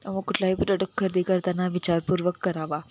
त्यामुळं कुठलाही प्रोडक खरेदी करताना विचारपूर्वक करावा